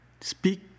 Speak